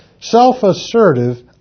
self-assertive